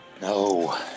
No